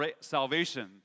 salvation